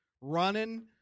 running